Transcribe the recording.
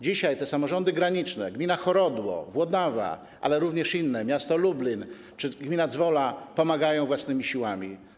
Dzisiaj te samorządy graniczne, gmina Horodło, gmina Włodawa, ale również inne, miasto Lublin czy gmina Dzwola, pomagają własnymi siłami.